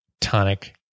tonic